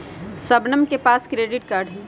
शबनम के पास credit card हई